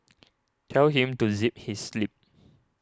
tell him to zip his lip